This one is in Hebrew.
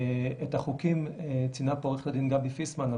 את החוקים ציינה פה עורכת הדין גבי פיסמן,